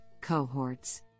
cohorts